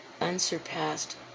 unsurpassed